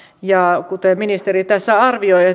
ja kuten ministeri tässä arvioi